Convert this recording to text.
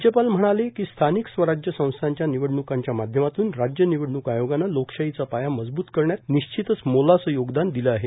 राज्यपाल म्हणाले कीए स्थानिक स्वराज्य संस्थांच्या निवडण्कांच्या माध्यमातून राज्य निवडणूक आयोगानं लोकशाहीचा पाया मजबूत करण्यात निश्चितच मोलाचं योगदान दिलं आहे